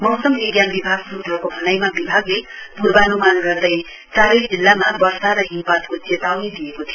मौसम बिज्ञान विभाग सूत्रको भनाइमा बिभागले पूर्वानुमान गर्दै चारै जिल्लामा वर्षा र हिमपातको चेताउनी दिएको थियो